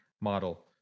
model